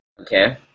Okay